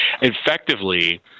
Effectively